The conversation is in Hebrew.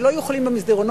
שלא יהיו חולים במסדרונות,